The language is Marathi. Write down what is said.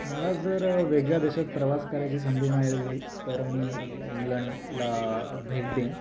मला जर वेगळ्या देशात प्रवास करायची संधी मिळालेली तर मी इ इंग्लंडला भेट देईन